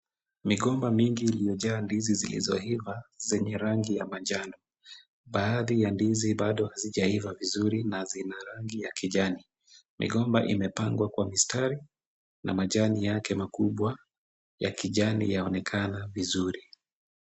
Migomba mingi iliyojaa ndizi zilizoiva zenye rangi ya manjano. Baadhi ya ndizi bado hazijaiva vizuri na zina rangi ya kijani. Migomba imepangwa kwa mistari na majani yake makubwa ya kijani yaonekana vizuri.